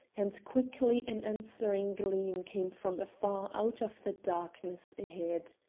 and quickly an answering gleam came from afar out of the darkness ahead.